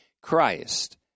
Christ